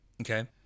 Okay